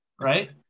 right